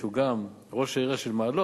והוא גם ראש העיר מעלות,